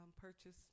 purchase